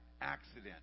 accident